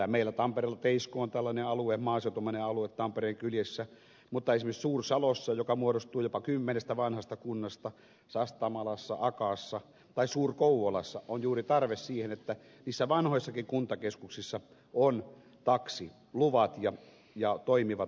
meillä tampereella teisko on tällainen maaseutumainen alue tampereen kyljessä mutta esimerkiksi suur salossa joka muodostuu jopa kymmenestä vanhasta kunnasta sastamalassa akaassa tai suur kouvolassa on juuri tarve että niissä vanhoissakin kuntakeskuksissa on taksiluvat ja toimiva taksiliikenne